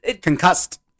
Concussed